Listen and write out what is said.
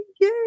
Yay